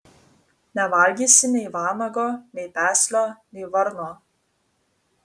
nevalgysi nei vanago nei peslio nei varno